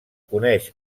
coneix